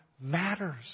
matters